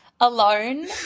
alone